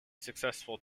successful